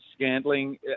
Scandling